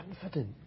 confident